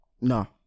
No